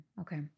Okay